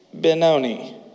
Benoni